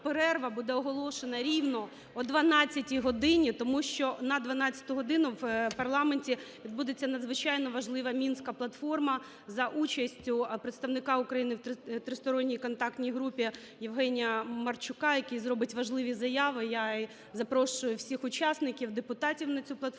перерва буде оголошена рівно о 12 годині, тому що на 12 годину в парламенті відбудеться надзвичайно важлива мінська платформа за участю представника України в тристоронній контактній групі Євгенія Марчука, який зробить важливі заяви. Я запрошую всіх учасників, депутатів на цю платформу